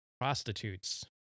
prostitutes